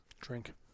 Drink